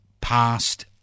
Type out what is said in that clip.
past